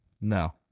no